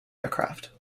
aircraft